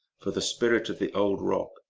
for the spirit of the old rock,